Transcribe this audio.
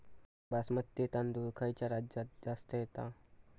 बासमती तांदूळ खयच्या राज्यात जास्त येता?